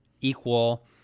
equal